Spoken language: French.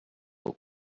nos